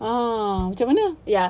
ah macam mana